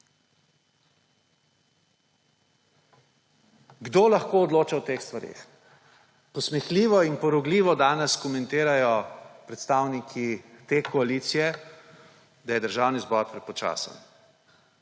Kdo lahko odloča o teh stvareh? Posmehljivo in porogljivo danes komentirajo predstavniki te koalicije, da je Državni zbor prepočasen.